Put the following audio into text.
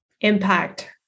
impact